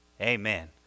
Amen